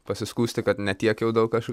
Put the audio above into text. pasiskųsti kad ne tiek jau daug aš